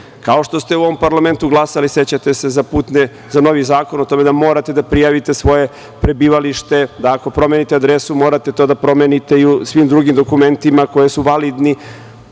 što se u ovom parlamentu glasali, sećate se, za putne, za novi zakon o tome da morate da prijavite svoje prebivalište, da ako promenite adresu morate to da promenite i u svim drugim dokumentima koji su validni.